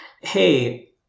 Hey